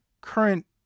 current